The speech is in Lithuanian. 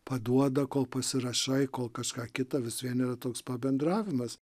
paduoda kol pasirašai kol kažką kita vis vien yra toks pabendravimas